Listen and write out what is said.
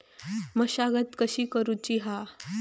मशागत कशी करूची हा?